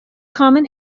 common